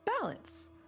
balance